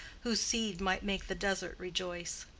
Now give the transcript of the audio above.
whose seed might make the desert rejoice.